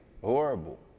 Horrible